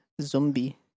Zombie